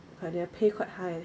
but their pay quite high leh